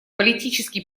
политический